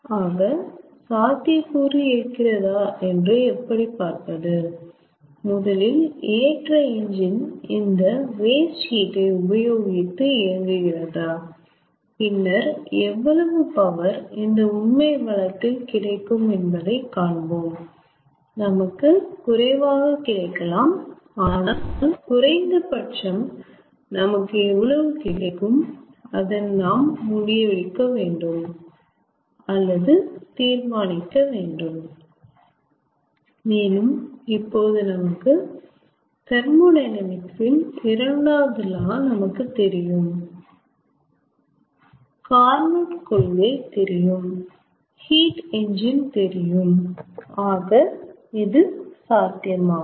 ஆக சாத்தியக்கூறு இருக்கிறதா என்று எப்படி பார்ப்பது முதலில் ஏற்ற என்ஜின் இந்த வேஸ்ட் ஹீட் ஐ உபயோகித்து இயங்குகிறதா பின்னர் எவ்வளவு பவர் இந்த உண்மை வழக்கில் கிடைக்கும் என்று காண்போம் நமக்கு குறைவாக கிடைக்கலாம் ஆனால் குறைந்த பட்சம் நமக்கு எவ்வளவு கிடைக்கும் அதன் நாம் முடிவெடுக்க வேண்டும் அல்லது நாம் தீர்மானிக்க வேண்டும் மேலும் இப்போது நமக்கு தெர்மோடையனாமிக்ஸ் இன் இரண்டாவது லா நமக்கு தெரியும் கார்னோட் கொள்கை தெரியும் ஹீட் என்ஜின் தெரியும் ஆக இது சாத்தியமாகும்